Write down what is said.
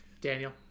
Daniel